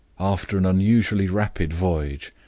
after an unusually rapid voyage,